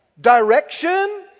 Direction